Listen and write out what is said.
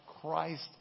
Christ